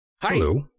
Hello